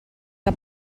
que